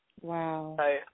wow